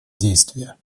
действия